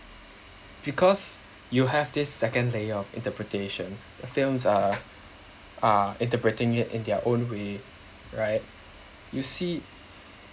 because you have this second layer of interpretation the films are are interpreting it in their own way right you see